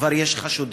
כבר יש חשודים.